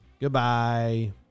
Goodbye